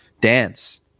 dance